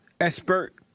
expert